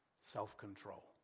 self-control